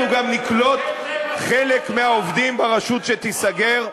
אנחנו גם נקלוט חלק מהעובדים ברשות שתיסגר,